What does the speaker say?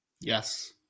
Yes